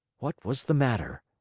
what was the matter?